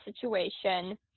situation